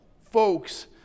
folks